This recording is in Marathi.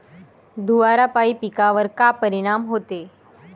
धुवारापाई पिकावर का परीनाम होते?